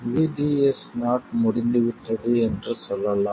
VDS0 முடிந்துவிட்டது என்று சொல்லலாம்